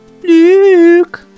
Luke